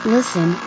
Listen